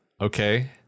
okay